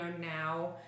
now